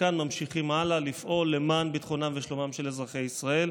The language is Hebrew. ומכאן ממשיכים הלאה לפעול למען ביטחונם ושלומם של אזרחי ישראל.